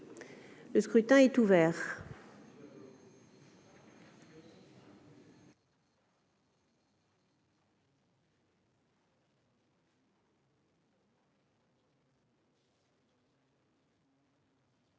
Le scrutin est ouvert.